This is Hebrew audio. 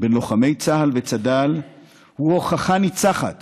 בין לוחמי צה"ל לצד"ל הוא הוכחה ניצחת